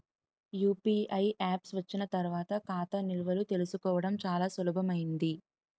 UPI apps వచ్చిన తర్వాత ఖాతా నిల్వలు తెలుసుకోవడం చాలా సులభమైంది